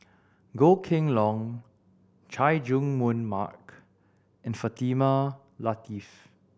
Goh Kheng Long Chay Jung Jun Mark and Fatimah Lateef